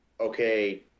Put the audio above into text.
okay